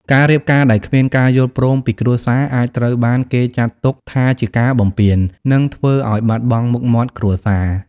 ការរៀបការដែលគ្មានការយល់ព្រមពីគ្រួសារ អាចត្រូវបានគេចាត់ទុកថាជាការបំពាន និងធ្វើឱ្យបាត់បង់មុខមាត់គ្រួសារ។